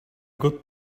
got